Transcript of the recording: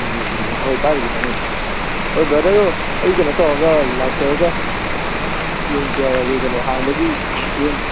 ꯎꯝ ꯎꯝ ꯍꯣꯏ ꯄꯥꯏꯕꯨꯗꯤ ꯄꯥꯏꯅꯩ ꯍꯣꯏ ꯕ꯭ꯔꯗꯔ ꯑꯗꯣ ꯑꯩ ꯀꯩꯅꯣ ꯇꯧꯔꯒ ꯂꯥꯛꯆꯔꯒ ꯌꯦꯡꯖꯔꯒꯦ ꯀꯩꯅꯣ ꯍꯥꯡꯕꯒꯤ ꯐꯤꯕꯝꯗꯣ